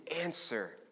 answer